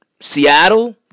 Seattle